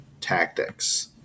tactics